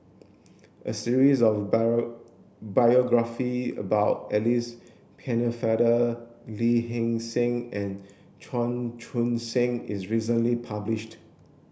a series of biography about Alice Pennefather Lee Hee Seng and Chan Chun Sing is recently published